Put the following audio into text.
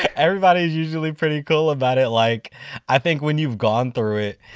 hey! everybody is usually pretty cool about it. like i think when you've gone through it,